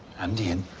and ian.